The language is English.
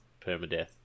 permadeath